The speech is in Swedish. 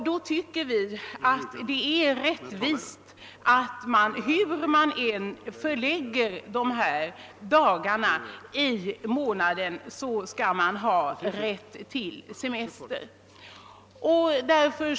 Då tycker vi att det är rättvist att man, hur dessa dagar än förläggs i månaden, skall ha rätt till semester. Herr talman!